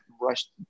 rush